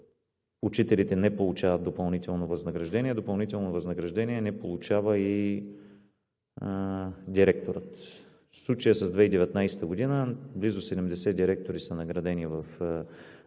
учителите не получават допълнително възнаграждение, допълнително възнаграждение не получава и директорът. В случая с 2019 г. близо 70 директори са наградени в